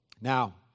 Now